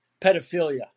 pedophilia